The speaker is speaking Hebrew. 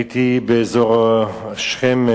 הייתי באזור שכם,